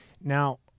Now